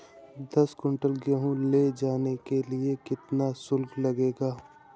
दस कुंटल गेहूँ ले जाने के लिए कितना शुल्क लगेगा?